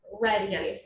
ready